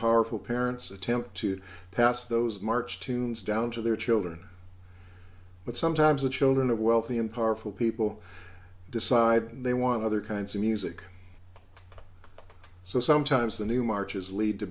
powerful parents attempt to pass those march tunes down to their children but sometimes the children of wealthy and powerful people decide they want other kinds of music so sometimes the new marches lead to